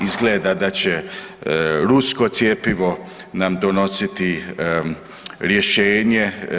Izgleda da će rusko cjepivo nam donositi rješenje.